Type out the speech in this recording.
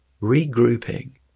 Regrouping